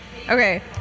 Okay